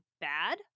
bad